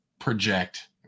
project